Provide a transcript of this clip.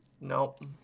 Nope